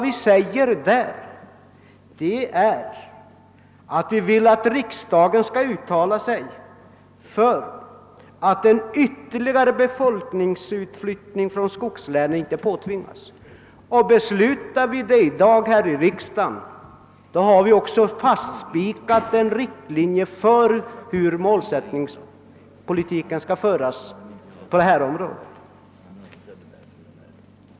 Vi skriver där att vi vill att riksdagen skall uttala sig för att någon ytterligare befolkningsutflyttning från skogslänen inte framtvingas. Om riksdagen i dag bifaller motionen, har vi fastlagt en målsättning för politiken på detta område.